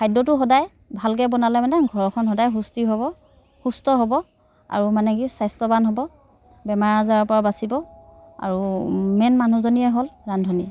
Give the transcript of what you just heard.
খাদ্যটো সদায় ভালকৈ বনালে মানে ঘৰখন সদায় সুস্থিৰ হ'ব সুস্থ হ'ব আৰু মানে কি স্বাস্থ্যবান হ'ব বেমাৰ আজৰৰ পা বাচিব আৰু মেইন মানুহজনীয়ে হ'ল ৰান্ধনি